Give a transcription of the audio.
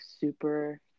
super